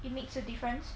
it makes a difference